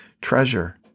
treasure